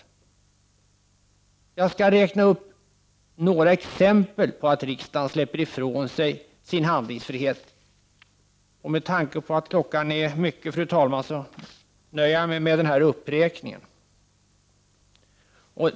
Jag skall räkna upp några exempel på hur riksdagen släpper ifrån sig handlingsfrihet. Med tanke på att klockan är mycket, fru talman, nöjer jag mig med en uppräkning.